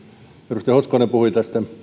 edustaja hoskonen puhui